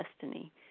destiny